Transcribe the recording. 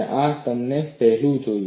આ તમે આ પહેલા જોયું છે